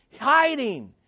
hiding